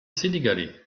sénégalais